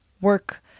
work